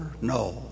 No